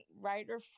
writer